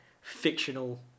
fictional